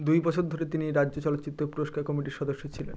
দুই বছর ধরে তিনি রাজ্য চলচ্চিত্র পুরস্কার কমিটির সদস্য ছিলেন